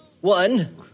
one